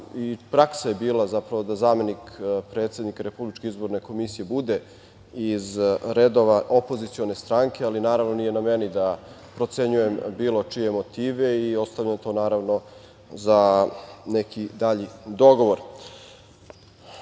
praksa je bila da zamenik predsednika RIK-a bude iz redova opozicione stranke, ali naravno nije na meni da procenjujem bilo čije motive i ostavljam to za neki dalji dogovor. Uvek